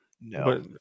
No